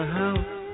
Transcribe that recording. house